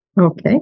Okay